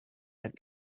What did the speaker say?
had